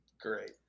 Great